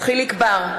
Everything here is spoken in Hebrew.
חיליק בר,